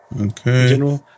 Okay